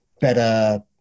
better